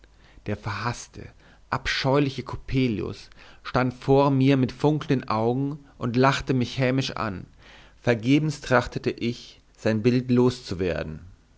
der verhaßte abscheuliche coppelius stand vor mir mit funkelnden augen und lachte mich hämisch an vergebens trachtete ich sein bild